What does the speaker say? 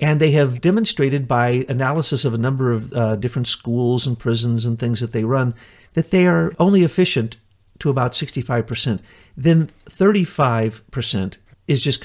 and they have demonstrated by analysis of a number of different schools and prisons and things that they run that they are only efficient to about sixty five percent then thirty five percent is just